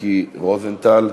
מיקי רוזנטל,